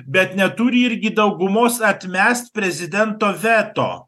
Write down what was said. bet neturi irgi daugumos atmest prezidento veto